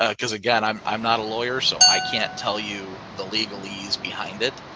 ah cause again, i'm i'm not a lawyer, so i can't tell you the legal ease behind it.